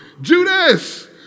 Judas